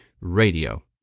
Radio